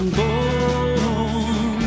born